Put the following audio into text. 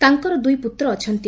ତାଙ୍କର ଦୁଇ ପୁତ୍ର ଅଛନ୍ତି